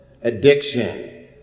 addiction